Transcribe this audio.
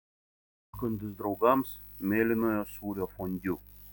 užkandis draugams mėlynojo sūrio fondiu